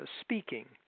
speaking